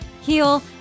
heal